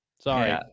Sorry